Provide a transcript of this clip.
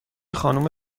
خانم